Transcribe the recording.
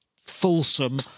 fulsome